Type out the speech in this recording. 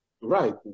Right